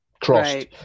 crossed